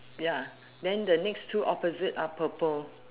ya then the next two opposite are purple